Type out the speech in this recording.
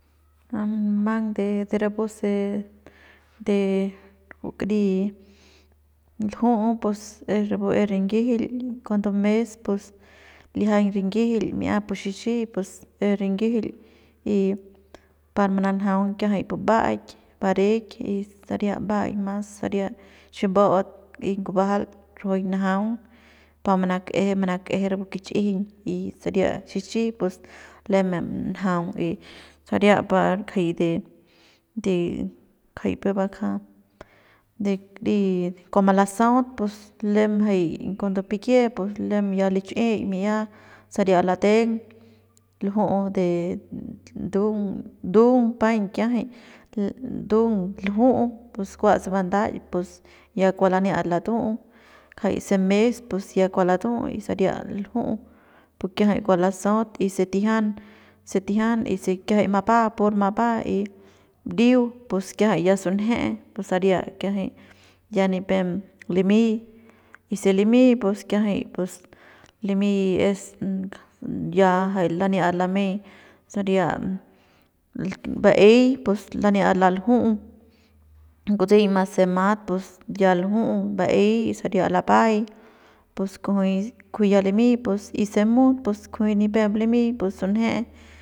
A munumang de de rapuse de rapukari lju'u pus es rapu es rinyijil cuando mes pus lijiañ rinyijil mi'ia pu xixi pus es rinyijil y par mananjaung kiajay pu mba'aik bareik y saria mba'aik mas saria ximba'aut y ngubajal rajuik njaung pa manak'eje manak'eje rapu kich'ijiñ y saria xixi pus leme njaung y saria par kjay de peuk bakja de kari de kua malasaut pus lem jay cuando pikie pus lem ya lichi'ik mi'ia saria lateng lju'u de ndung ndung paiñ kiajay ndung lju'u kua se bandach pus ya kua laniat latu'u kjay se mes pus ya kua latu'u y saria lju'u pus kiajay kua lasaut y se tijian se tijian y se kiajay mapba pur mapba y ndiu pus kiajay ya sunje pus saria kiajay ya nipem limy y se limy pus kiajay pus limy es ya jay laniat lamey saria ba'ey pus laniat lalju'u kutsiñma se mat pus ya lju'u ba'ey y saria lapay pus kujuy ya limy pus y se mut pus kujuy nipep limy pus sunje.